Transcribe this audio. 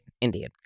indeed